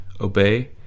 obey